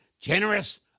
generous